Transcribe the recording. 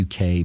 UK